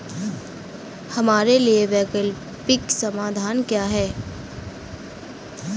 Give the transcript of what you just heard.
हमारे लिए वैकल्पिक समाधान क्या है?